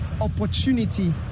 opportunity